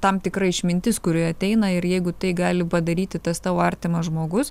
tam tikra išmintis kuri ateina ir jeigu tai gali padaryti tas tavo artimas žmogus